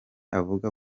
avuga